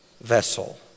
vessel